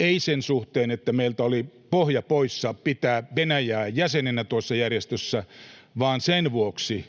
ei sen suhteen, että meiltä oli pohja poissa pitää Venäjä jäsenenä tuossa järjestössä, vaan sen vuoksi,